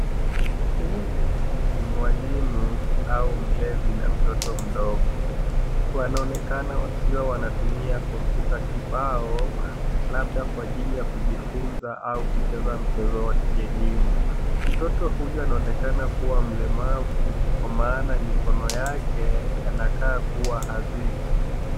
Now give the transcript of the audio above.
Huyu ni mwalimu au mlezi na mtoto mdogo. Wanaonekana wakiwa wanatumia kompyuta kibao labda kwa ajili ya kujifunza au kucheza mchezo wa kielimu. Mtoto huyu anaonekana kuwa mlemavu kwa maana mikono yake yanakaa kuwa hazipo.